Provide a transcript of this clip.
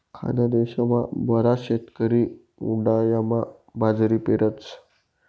खानदेशमा बराच शेतकरी उंडायामा बाजरी पेरतस